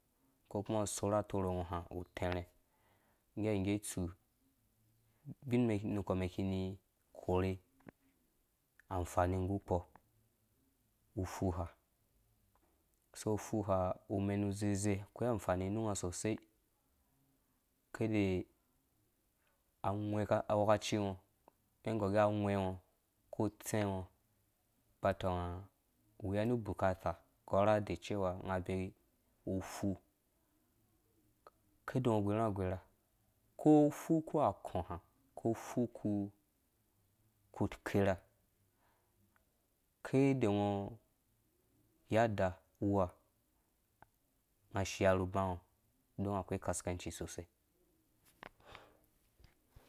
Ko kuma ngɔ sorh atoro ngɔ ha zĩ tɛrhɛ̃ ngge ha ngge itsu ubin mɛn nukpɔmɛn ki ni korhe amfani nggu kpɔ nggu ufuha, ufuha umanu zezei akwai anfani nunga sosei kae wekacinga mi gɔr agwhẽ ngɔ ko utsɛ̃ ngɔ ba atɔng weya nu bukata gɔra de cewa ngabee ufu kada ngɔ gorongo agorha ko fu kpu akɔha ko fu ku kerha kada ngɔ yadda wuha nga shia ru bãngɔ on akwai kaskanci sosei.